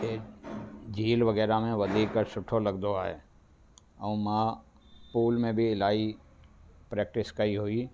इहे झील वग़ैरह में वधीक सुठो लगंदो आहे ऐं मां पूल में बि इलाही प्रेक्टिस कई हुई